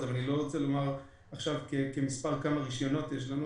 אבל אני לא רוצה לומר כמה רישיונות יש לנו.